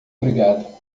obrigado